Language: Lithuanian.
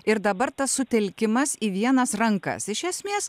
ir dabar tas sutelkimas į vienas rankas iš esmės